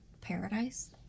paradise